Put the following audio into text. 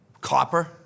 Copper